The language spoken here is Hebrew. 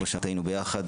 כמו שאמרת, היינו יחד